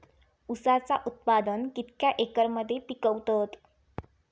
ऊसाचा उत्पादन कितक्या एकर मध्ये पिकवतत?